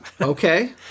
Okay